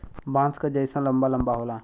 बाँस क जैसन लंबा लम्बा होला